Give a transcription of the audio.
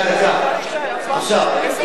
הוצאתי